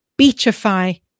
beachify